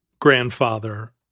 grandfather